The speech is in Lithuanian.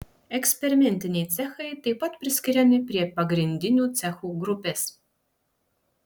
eksperimentiniai cechai taip pat priskiriami prie pagrindinių cechų grupės